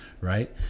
right